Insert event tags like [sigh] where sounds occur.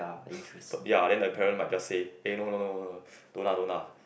[breath] but ya then the parent might just say uh no no no no no don't lah don't lah